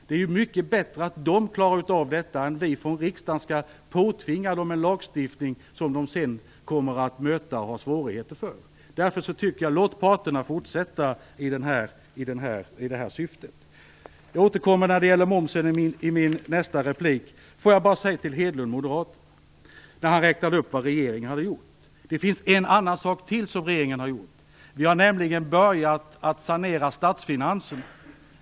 Det är mycket bättre att de klarar av detta än att vi från riksdagen skall påtvinga dem en lagstiftning som de sedan kommer att möta och ha svårigheter med. Låt parterna fortsätta i detta syfte! Jag återkommer när det gäller momsen i min nästa replik. Hedlund från Moderaterna räknade upp vad regeringen hade gjort. Jag vill bara säga att det finns en annan sak som regeringen har gjort. Vi har nämligen börjat att sanera statsfinanserna.